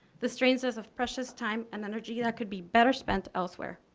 the strains of precious time and energy that could be better spent elsewhere.